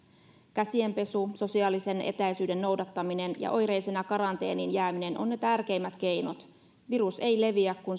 käsienpesu sosiaalisen etäisyyden noudattaminen ja oireisena karanteeniin jääminen ovat ne tärkeimmät keinot virus ei leviä kun